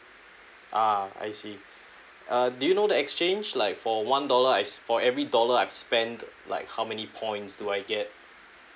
ah I see uh do you know the exchange like for one dollar I s~ for every dollar I spend like how many points do I get